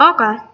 Okay